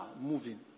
moving